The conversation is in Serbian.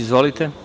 Izvolite.